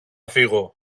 φύγω